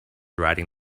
riding